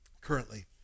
currently